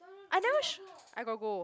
I've never sh~ I got go